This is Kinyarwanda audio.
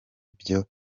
byo